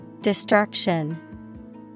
Destruction